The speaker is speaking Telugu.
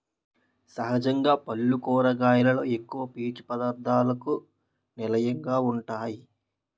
సహజంగా పల్లు కూరగాయలలో ఎక్కువ పీసు పధార్ధాలకు నిలయంగా వుంటాయి